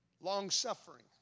long-suffering